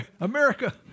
America